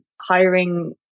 hiring